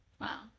wow